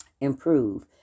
improve